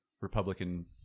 Republican